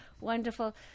wonderful